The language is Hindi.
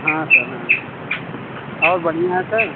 हाँ सर हाँ और बढ़ियाँ है सर